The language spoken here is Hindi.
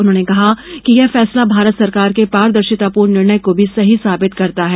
उन्होंने कहा कि यह फैसला भारत सरकार के पारदर्शितापूर्ण निर्णय को भी सही साबित करता है